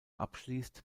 abschließt